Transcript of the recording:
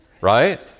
right